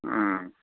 ꯎꯝ